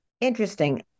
Interesting